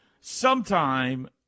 sometime